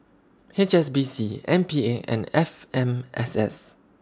H S B C M P A and F M S S